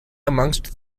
amongst